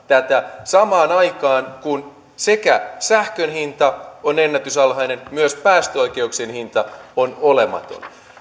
tätä samaan aikaan kun sähkön hinta on ennätysalhainen ja myös päästöoikeuksien hinta on olematon